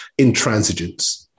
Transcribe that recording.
intransigence